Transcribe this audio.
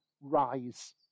rise